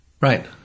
Right